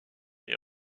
est